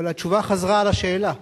אבל התשובה חזרה על השאלה.